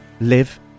live